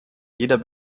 jeder